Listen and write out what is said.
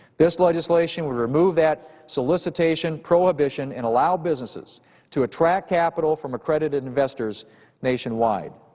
this legislation would remove that solicitation, prohibition and allow businesses to attract capital from accredited investors nationwide.